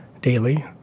daily